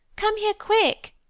come here, quick!